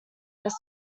this